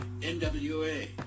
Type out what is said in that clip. NWA